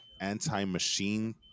anti-machine